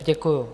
Děkuju.